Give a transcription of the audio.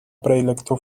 predilecto